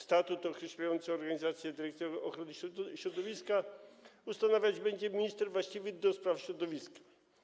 Statut określający organizację Dyrekcji Ochrony Środowiska ustanawiać będzie minister właściwy do spraw środowiska.